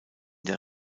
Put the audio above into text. der